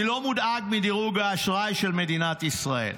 אני לא מודאג מדירוג האשראי של מדינת ישראל.